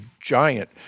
giant